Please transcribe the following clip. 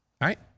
right